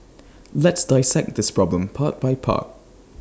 let's dissect this problem part by part